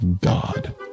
God